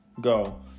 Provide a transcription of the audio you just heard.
Go